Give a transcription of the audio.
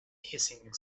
hissing